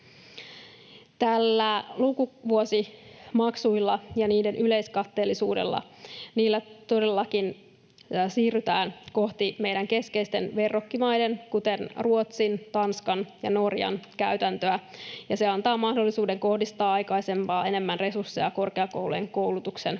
Näillä lukuvuosimaksuilla ja niiden yleiskatteellisuudella todellakin siirrytään kohti meidän keskeisten verrokkimaiden, kuten Ruotsin, Tanskan ja Norjan, käytäntöä, ja se antaa mahdollisuuden kohdistaa aikaisempaa enemmän resursseja korkeakoulujen koulutuksen